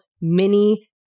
Mini